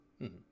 -hmm